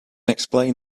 explain